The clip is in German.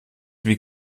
wie